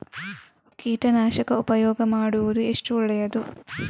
ಕೀಟನಾಶಕ ಉಪಯೋಗ ಮಾಡುವುದು ಎಷ್ಟು ಒಳ್ಳೆಯದು?